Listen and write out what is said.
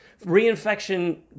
reinfection